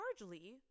largely